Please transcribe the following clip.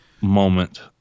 moment